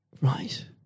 Right